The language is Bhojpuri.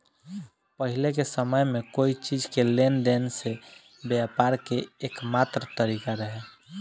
पाहिले के समय में कोई चीज़ के लेन देन से व्यापार के एकमात्र तारिका रहे